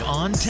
on